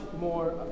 more